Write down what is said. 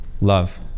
Love